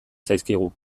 zaizkigu